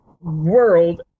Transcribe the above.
World